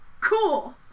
cool